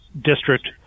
District